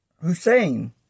Hussein